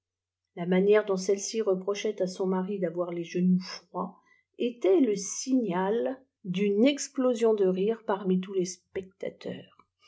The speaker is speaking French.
la manière dout cellesi repophait ppinar favoir jes genoux froids était le signal d'une explosion de rire parmi tous le spectateurs